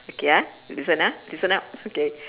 okay ah listen ah listen up okay